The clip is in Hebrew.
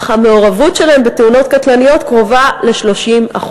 אך המעורבות שלהם בתאונות קטלניות קרובה ל-30%.